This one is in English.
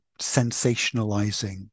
sensationalizing